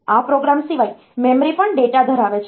આ પ્રોગ્રામ સિવાય મેમરી પણ ડેટા ધરાવે છે